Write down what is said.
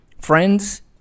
Friends